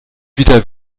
wieder